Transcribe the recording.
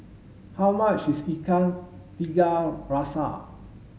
how much is ikan tiga rasa